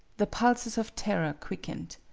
the pulses of terror quickened.